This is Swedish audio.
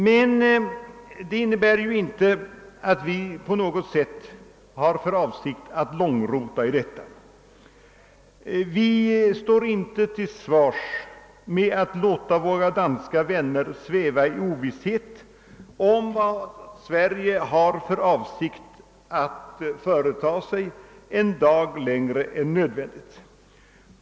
Men detta innebär inte att vi har för avsikt att på något sätt långrota i detta ärende. Vi står inte till svars med att låta våra danska vänner sväva i Oovisshet en dag längre än nödvändigt om vad Sverige har för avsikt att företa sig.